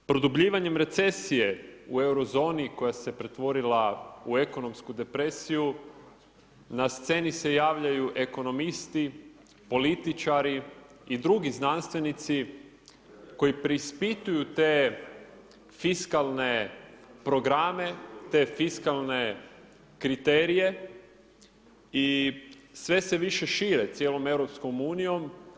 Produbljivanjem recesije u euro zoni koja se pretvorila u ekonomsku depresiju na sceni se javljaju ekonomisti, političari i drugi znanstvenici koji preispituju te fiskalne programe, te fiskalne kriterije i sve se više šire cijelom Europskom unijom.